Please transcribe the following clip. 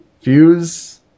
Fuse